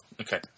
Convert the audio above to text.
Okay